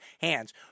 hands